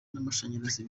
n’amashanyarazi